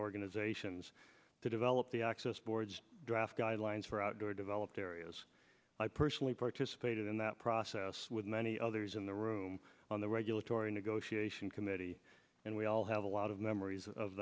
organizations to develop the access board's draft guidelines for outdoor developed areas i personally participated in that process with many others in the room on the regulatory negotiation committee and we all have a lot of memories of